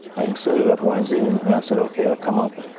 i can set it up wednesday. and and i said, okay, i'll come up.